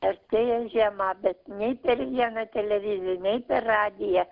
artėja žiema bet nei per vieną televiziją nei per radiją